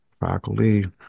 faculty